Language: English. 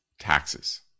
Taxes